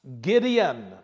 Gideon